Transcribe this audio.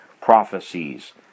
prophecies